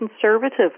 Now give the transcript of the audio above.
conservative